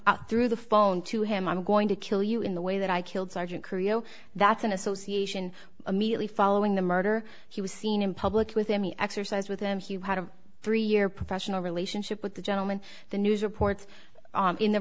out through the phone to him i'm going to kill you in the way that i killed sergeant creo that's an association immediately following the murder he was seen in public with any exercise with him he had a three year professional relationship with the gentleman the news reports in the